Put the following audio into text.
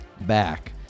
back